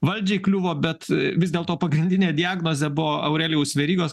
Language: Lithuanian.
valdžiai kliuvo bet vis dėlto pagrindinė diagnozė buvo aurelijaus verygos